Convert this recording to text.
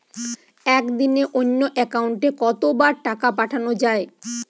একদিনে অন্য একাউন্টে কত বার টাকা পাঠানো য়ায়?